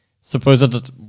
supposed